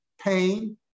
pain